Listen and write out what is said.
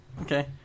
Okay